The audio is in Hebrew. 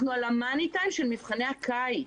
אנחנו ב-money time של מבחני הקיץ.